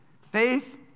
Faith